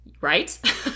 Right